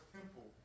temple